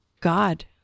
God